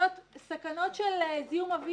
שחרור של חוף ים - לא הגיוני.